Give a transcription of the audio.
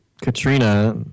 Katrina